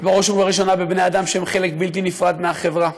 ובראש ובראשונה בבני-אדם שהם חלק בלתי נפרד מהחברה,